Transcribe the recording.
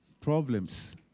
problems